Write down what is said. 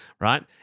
right